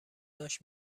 داشت